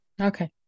Okay